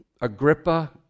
Agrippa